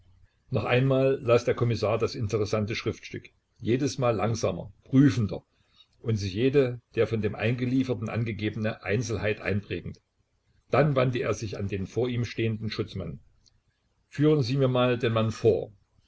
noch einmal las der kommissar das interessante schriftstück jedesmal langsamer prüfender und sich jede der von dem eingelieferten angegebene einzelheit einprägend dann wandte er sich an den vor ihm stehenden schutzmann führen sie mir mal den mann vor